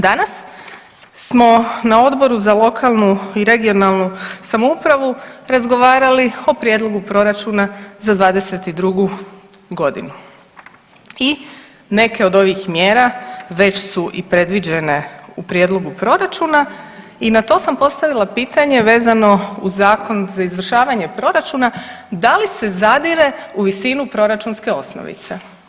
Danas smo na Odboru za lokalnu i regionalnu samoupravu razgovarali o prijedlogu proračuna za 2022.g. i neke od ovih mjera već su i predviđene u prijedlogu proračuna i na to sam postavila pitanje vezano uz Zakon za izvršavanje proračuna da li se zadire u visinu proračunske osnovice.